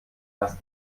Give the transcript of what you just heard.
das